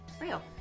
real